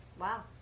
Wow